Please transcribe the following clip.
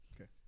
okay